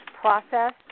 process